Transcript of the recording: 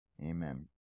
Amen